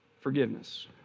forgiveness